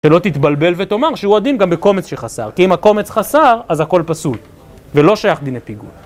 ולא תתבלבל ותאומר שהוא עדין גם בקומץ שחסר כי אם הקומץ חסר, אז הכל פסול ולא שייך דיני פיגול